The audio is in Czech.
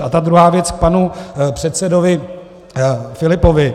A ta druhá věc k panu předsedovi Filipovi.